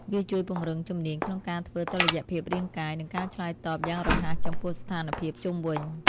វាជួយពង្រឹងជំនាញក្នុងការធ្វើតុល្យភាពរាងកាយ និងការឆ្លើយតបយ៉ាងរហ័សចំពោះស្ថានភាពជុំវិញ។